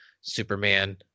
Superman